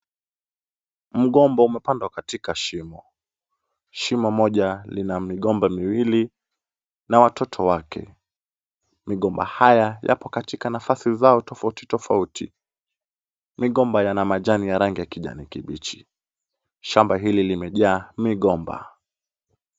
Mgomba umepandwa katika shimo. Shimo moja lina migomba miwili na watoto wake. Migomba haya yako katika nafasi zao tofauti tofauti. Migomba yana majani ya rangi ya kijani kibichi. Shamba hili limejaa migomba.